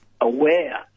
aware